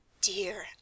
Dear